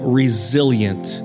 resilient